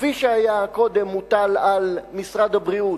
כפי שהיה קודם מוטל על משרד הבריאות,